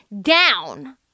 down